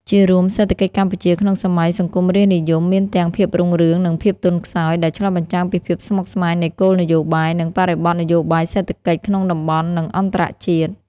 ជារួម សេដ្ឋកិច្ចកម្ពុជាក្នុងសម័យសង្គមរាស្ត្រនិយមមានទាំងភាពរុងរឿង និងភាពទន់ខ្សោយ ដែលឆ្លុះបញ្ចាំងពីភាពស្មុគស្មាញនៃគោលនយោបាយ និងបរិបទនយោបាយសេដ្ឋកិច្ចក្នុងតំបន់ និងអន្តរជាតិ។